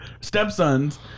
stepson's